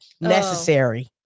necessary